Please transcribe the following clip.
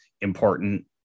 important